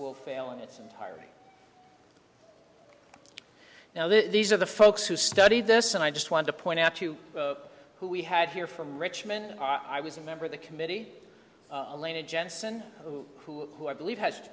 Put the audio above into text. will fail in its entirety now these are the folks who studied this and i just want to point out to who we had here from richmond i was a member of the committee alaina jensen who who who i believe has